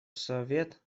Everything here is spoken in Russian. совет